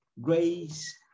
grace